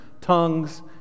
tongues